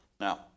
Now